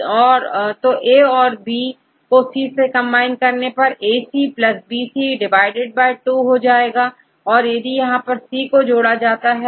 तो ए और बी को सी से कंबाइन करने पर हमेंAC BC2 लेते हैं क्योंकि यहां परC को जोड़ा जाता है